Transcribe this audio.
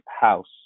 house